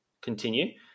continue